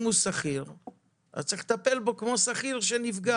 אם מדובר בשכיר אז יש לטפל בו כמו שכיר שנפגע.